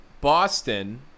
Boston